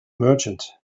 merchant